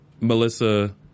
Melissa